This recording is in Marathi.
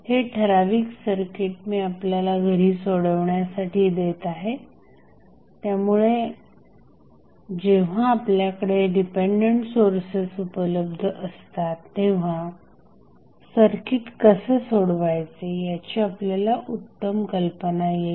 हे ठराविक सर्किट मी आपल्याला घरी सोडवण्यासाठी देत आहे त्यामुळे जेव्हा आपल्याकडे डिपेंडंट सोर्सेस उपलब्ध असतात तेव्हा सर्किट कसे सोडवायचे याची आपल्याला उत्तम कल्पना येईल